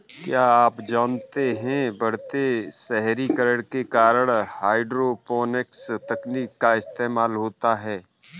क्या आप जानते है बढ़ते शहरीकरण के कारण हाइड्रोपोनिक्स तकनीक का इस्तेमाल होता है?